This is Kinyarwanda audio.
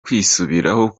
kwisubiraho